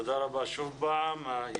שוב, תודה.